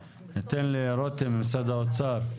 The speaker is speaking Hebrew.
ניתן לרותם ממשרד האוצר.